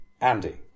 Andy